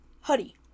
Huddy